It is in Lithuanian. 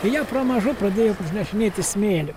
jie pramažu pradėjo nešinėti smėliu